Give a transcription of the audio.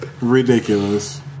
Ridiculous